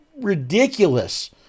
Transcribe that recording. ridiculous